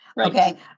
Okay